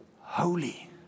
holy